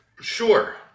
sure